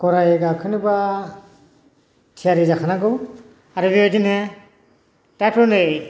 गराइ गाखोनोबा थियारि जाखानांगौ आरो बेबायदिनो दाथ' नै